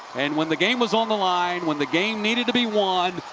and when the game was on the line, when the game needed to be won,